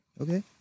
Okay